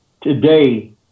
today